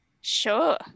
sure